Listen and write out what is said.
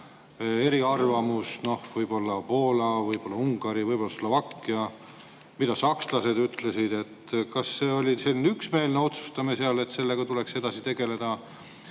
eriarvamus, võib-olla Poola, võib-olla Ungari, võib-olla Slovakkia? Mida sakslased ütlesid? Kas see oli üksmeelne otsus seal, et sellega tuleks edasi tegeleda,